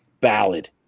Ballad